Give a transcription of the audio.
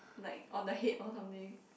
like on the head or something